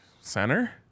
Center